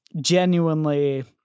genuinely